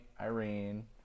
Irene